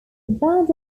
band